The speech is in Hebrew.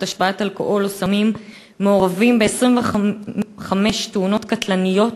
השפעת אלכוהול או סמים מעורבים ב-25 תאונות קטלניות